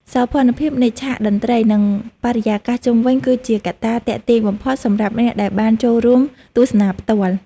សោភ័ណភាពនៃឆាកតន្ត្រី និង បរិយាកាសជុំវិញគឺជាកត្តាទាក់ទាញបំផុតសម្រាប់អ្នកដែលបានចូលរួមទស្សនាផ្ទាល់។